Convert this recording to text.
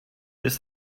ist